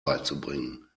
beizubringen